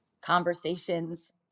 conversations